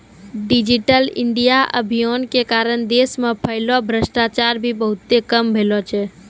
digital India अभियान के कारण देश मे फैल्लो भ्रष्टाचार भी बहुते कम भेलो छै